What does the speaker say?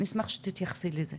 אני אשמח שתתייחסי לזה.